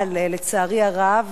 אבל לצערי הרב,